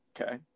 Okay